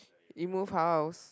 we move house